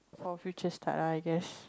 for a future start I guess